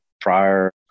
prior